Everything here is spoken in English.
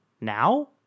now